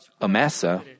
Amasa